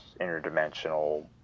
interdimensional